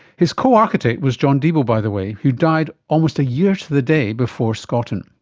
his co-architect was john deeble, by the way, who died almost a year to the day before scotton.